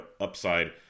upside